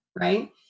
right